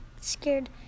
scared